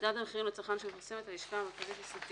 מדד המחירים לצרכן שמפרסמת הלשכה המרכזית לסטטיסטיקה,